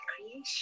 creation